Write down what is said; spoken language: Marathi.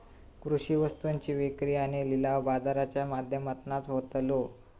कृषि वस्तुंची विक्री आणि लिलाव बाजाराच्या माध्यमातनाच होतलो